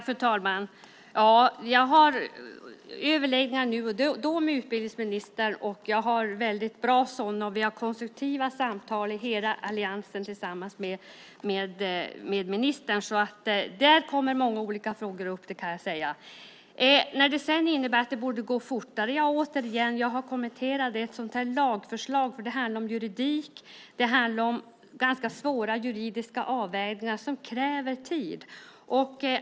Fru talman! Jag har överläggningar nu och då med utbildningsministern. Det är bra sådana. Hela alliansen har konstruktiva samtal med ministern. Där kommer många olika frågor upp. Sedan var det frågan om det borde gå fortare. Jag har kommenterat detta. Det är ett lagförslag. Det handlar om juridik. Det handlar om svåra juridiska avvägningar som kräver tid.